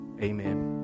amen